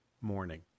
morning